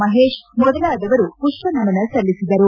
ಮಹೇಶ್ ಮೊದಲಾದವರು ಪುಷ್ವನಮನ ಸಲ್ಲಿಸಿದರು